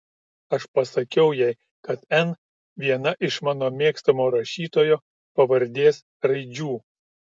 aš pasakiau jai kad n viena iš mano mėgstamo rašytojo pavardės raidžių